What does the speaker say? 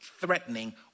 threatening